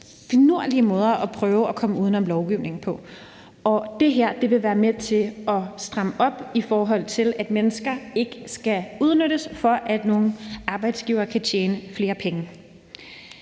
finurlige måder at prøve at komme uden om lovgivningen på. Det her vil være med til at stramme op, i forhold til at mennesker ikke skal udnyttes, for at nogle arbejdsgivere kan tjene flere penge.